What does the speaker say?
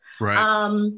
Right